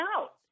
out